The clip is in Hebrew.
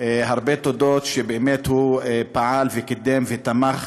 הרבה תודות, הוא פעל וקידם ותמך